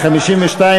סעיף 52,